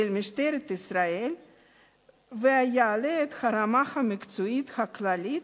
משטרת ישראל ויעלה את הרמה המקצועית הכללית,